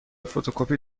فتوکپی